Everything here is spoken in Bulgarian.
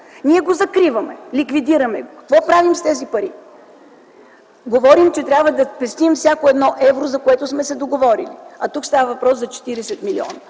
Ние го закриваме, ликвидираме го. Какво правим с тези пари? Говорим, че трябва да пестим всяко евро, за което сме се договорили, а тук става въпрос за 40 милиона.